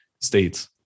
states